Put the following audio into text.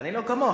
אני לא כמוך.